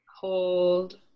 Hold